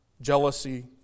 jealousy